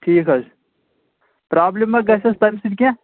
ٹھیٖک حظ پرٛابلِم مہ گژھٮ۪س تَمہِ سۭتۍ کیٚنہہ